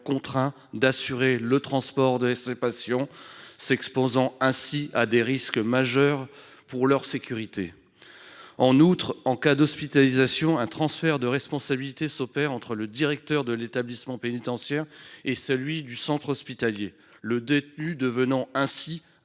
contraints d’assurer le transport de ces patients, s’exposant ainsi à des risques majeurs pour leur sécurité. En outre, en cas d’hospitalisation, un transfert de responsabilité s’opère entre le directeur de l’établissement pénitentiaire et celui du centre hospitalier. Le détenu devenu patient